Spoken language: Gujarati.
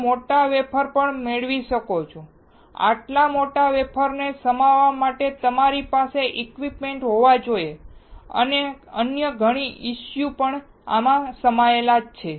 તમે મોટા વેફર પણ મેળવી શકો છો આટલા મોટા વેફરને સમાવવા માટે તમારી પાસે ઇક્વિપમેન્ટ હોવા જોઈએ અને અન્ય ઘણી ઇસ્યુ છે